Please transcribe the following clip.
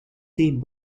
tnt